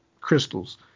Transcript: crystals